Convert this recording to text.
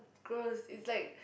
gross is like